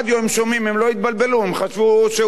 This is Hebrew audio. הם לא התבלבלו, הם חשבו שאולי זה לא מופז,